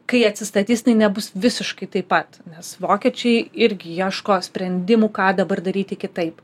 kai atsistatys jinai nebus visiškai taip pat nes vokiečiai irgi ieško sprendimų ką dabar daryti kitaip